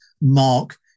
mark